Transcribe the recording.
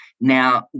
Now